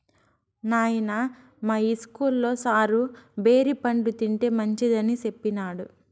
నాయనా, మా ఇస్కూల్లో సారు బేరి పండ్లు తింటే మంచిదని సెప్పినాడు